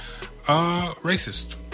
racist